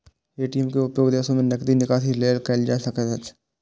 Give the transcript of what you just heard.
ATM के उपयोग विदेशो मे नकदी निकासी लेल कैल जा सकैत छैक